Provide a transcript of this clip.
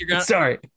sorry